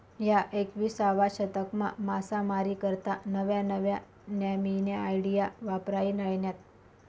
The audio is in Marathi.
ह्या एकविसावा शतकमा मासामारी करता नव्या नव्या न्यामीन्या आयडिया वापरायी राहिन्यात